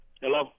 Hello